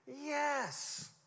Yes